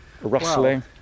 rustling